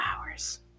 hours